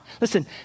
Listen